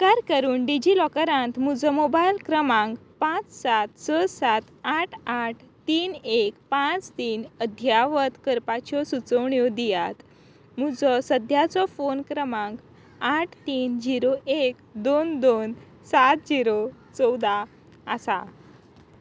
उपकार करून डिजिलॉकरांत म्हजो मोबायल क्रमांक पांच सात स सात आठ आठ तीन एक पांच तीन अध्यावत करपाच्यो सुचोवण्यो दियात म्हजो सद्याचो फोन क्रमांक आठ तीन झिरो एक दोन दोन सात झिरो चौदा आसा